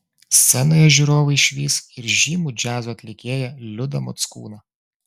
scenoje žiūrovai išvys ir žymų džiazo atlikėją liudą mockūną